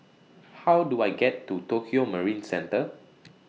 How Do I get to Tokio Marine Centre